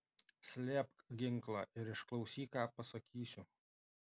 slėpk ginklą ir išklausyk ką pasakysiu